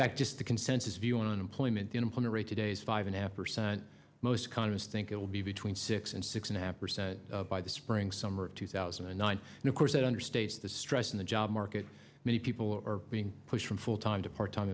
fact just the consensus view on unemployment the employment rate today's five and a half percent most economists think it will be between six and six and a half percent by the spring summer of two thousand and nine and of course that understates the stress in the job market many people are being pushed from full time to part time